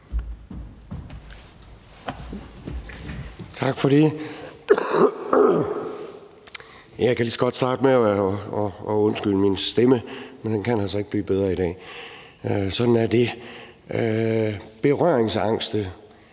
Tak for det. Jeg kan lige så godt starte med at undskylde min stemme. Den kan altså ikke blive bedre i dag. Sådan er det. Berøringsangste